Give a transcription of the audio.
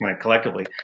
collectively